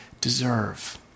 deserve